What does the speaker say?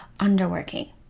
underworking